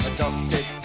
Adopted